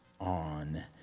on